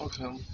Okay